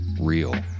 real